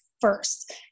first